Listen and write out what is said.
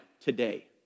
today